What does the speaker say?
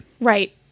Right